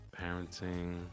parenting